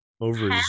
Over